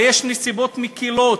הרי יש נסיבות מקלות.